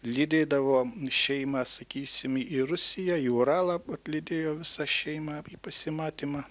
lydėdavo šeimą sakysim į rusiją į uralą atlydėjo visą šeimą į pasimatymą